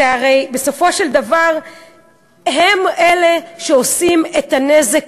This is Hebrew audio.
הרי בסופו של דבר הם אלה שעושים את הנזק